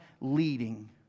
leading